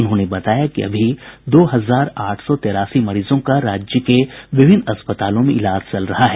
उन्होंने बताया कि अभी दो हजार आठ सौ तेरासी मरीजों का राज्य के विभिन्न अस्पतालों में इलाज चल रहा है